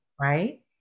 right